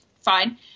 fine